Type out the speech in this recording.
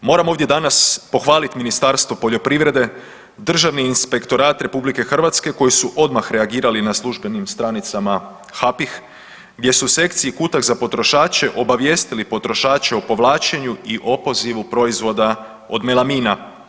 Moram ovdje danas pohvalit Ministarstvo poljoprivrede i Državni inspektorat RH koji su odmah reagirali na službenim stranicama HAPIH gdje su u sekciji „kutak za potrošače“ obavijestili potrošače o povlačenju i opozivu proizvoda od melamina.